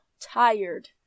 tired